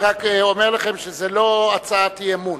אני אומר לכם שזאת לא הצעת אי-אמון.